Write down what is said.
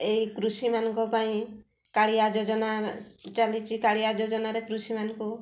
ଏଇ କୃଷିମାନଙ୍କ ପାଇଁ କାଳିଆ ଯୋଜନା ଚାଲିଛି କାଳିଆ ଯୋଜନାରେ କୃଷିମାନଙ୍କୁ